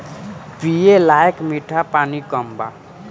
पिए लायक मीठ पानी कम बा